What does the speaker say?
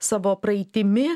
savo praeitimi